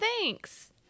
thanks